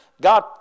God